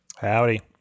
howdy